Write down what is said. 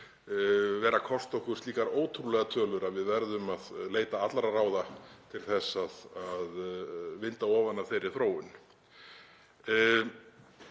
vera að kosta okkur slíkar ótrúlegar tölur að við verðum að leita allra ráða til að vinda ofan af þeirri þróun.